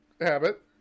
habit